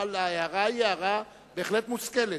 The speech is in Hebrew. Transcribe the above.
אבל ההערה היא בהחלט מושכלת.